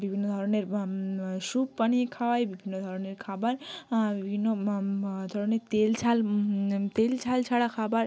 বিভিন্ন ধরনের স্যুপ বানিয়ে খাওয়াই বিভিন্ন ধরনের খাবার বিভিন্ন ধরনের তেল ঝাল তেল ঝাল ছাড়া খাবার